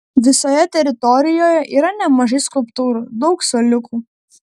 visoje teritorijoje yra nemažai skulptūrų daug suoliukų